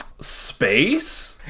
space